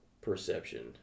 perception